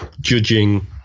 judging